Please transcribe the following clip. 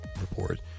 report